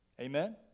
Amen